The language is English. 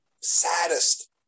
Saddest